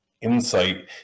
insight